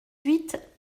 huit